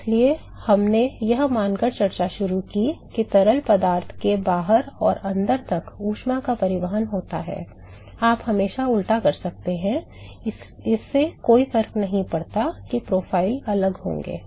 इसलिए हमने यह मानकर चर्चा शुरू की कि तरल पदार्थ के बाहर से अंदर तक ऊष्मा का परिवहन होता है आप हमेशा उल्टा कर सकते हैं इससे कोई फर्क नहीं पड़ता कि प्रोफाइल अलग होंगे